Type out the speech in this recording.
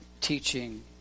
teaching